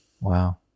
wow